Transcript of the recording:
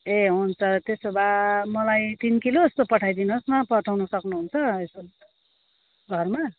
ए हुन्छ त्यसो भए मलाई तिन किलो जस्तो पठाइदिनु होस् न पठाउनु सक्नुहुन्छ यसो घरमा